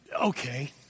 okay